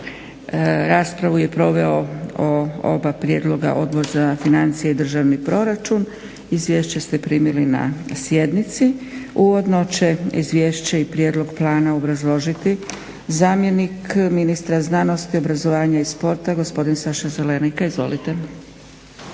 Raspravu je proveo o oba prijedloga Odbor za financije i državni proračun. Izvješća ste primili na sjednici. Uvodno će izvješće i prijedlog plana obrazložiti zamjenik ministra znanosti, obrazovanja i sporta gospodin Saša Zelenika. Izvolite.